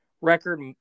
record